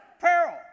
peril